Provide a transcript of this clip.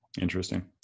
Interesting